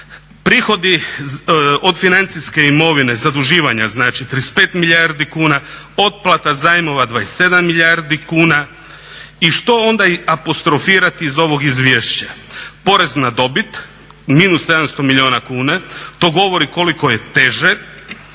prihodi od financijske imovine, zaduživanja znači 35 milijardi kuna, otplata zajmova 27 milijardi kuna. I što onda apostrofirati iz ovog izvješća? Porez na dobit -700 milijuna kuna, to govori koliko je teže,